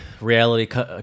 reality